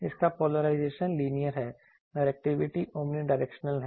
इसका polarization linear है directivity omnidirectional है